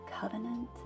covenant